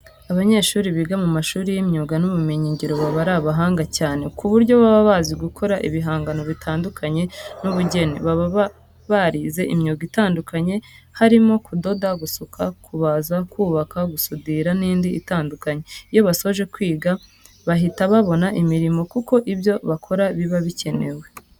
Abanyeshuri biga mu mashuri y'imyuga n'ubumenyingiro baba ari abahanga cyane ku buryo baba bazi gukora ibihangano bitandukanye by'ubugeni. Baba barize imyuga itandukanye harimo kudoda , gusuka, kubaza, kubaka, gusudira n'indi itandukanye. Iyo basoje kwiga bahita babona imirimo kuko ibyo bakora biba bikenewe.